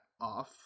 off